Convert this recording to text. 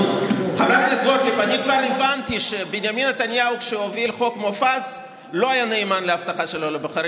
טוב ותדברו בלהט למה צריך לחוקק חוק שארבעה חברי